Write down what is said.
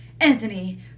Anthony